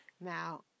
Now